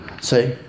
see